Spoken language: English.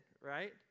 right